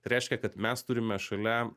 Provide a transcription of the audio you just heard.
tai reiškia kad mes turime šalia